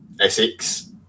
Essex